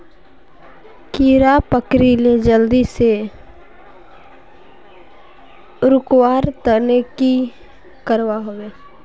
कीड़ा पकरिले जल्दी से रुकवा र तने की करवा होबे?